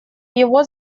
его